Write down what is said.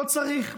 לא צריך,